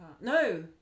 No